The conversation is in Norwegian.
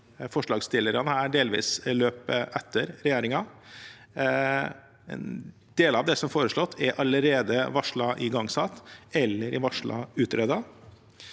forslagsstillerne her delvis løper etter regjeringen. Deler av det som foreslås, er allerede blitt varslet igangsatt, eller varslet utredet.